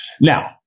Now